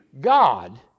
God